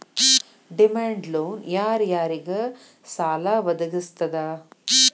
Demand loan ಯಾರ್ ಯಾರಿಗ್ ಸಾಲಾ ವದ್ಗಸ್ತದ?